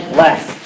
less